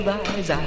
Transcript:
eyes